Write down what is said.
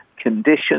conditions